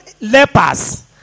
lepers